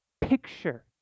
picture